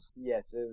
Yes